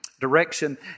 direction